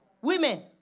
women